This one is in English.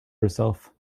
herself